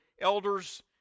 elders